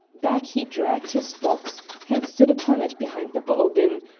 back he dragged his box and stood upon it behind the bottle-bin,